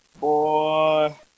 boy